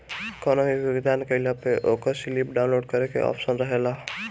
कवनो भी भुगतान कईला पअ ओकर स्लिप डाउनलोड करे के आप्शन रहेला